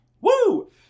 Woo